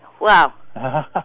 Wow